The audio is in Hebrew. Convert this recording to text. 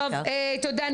תודה.